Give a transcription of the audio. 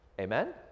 Amen